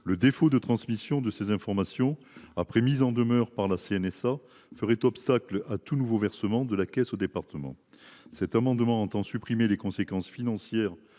Le défaut de transmission de ces informations après mise en demeure par la CNSA ferait obstacle à tout nouveau versement de la caisse au département. Ces amendements ont pour objet de supprimer les conséquences financières